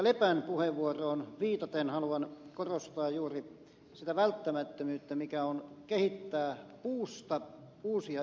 lepän puheenvuoroon viitaten haluan korostaa juuri sitä välttämättömyyttä mikä on kehittää puusta uusia innovaatioita